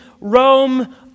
Rome